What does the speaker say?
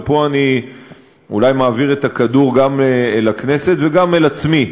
ופה אני אולי מעביר את הכדור גם אל הכנסת וגם אל עצמי,